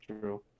True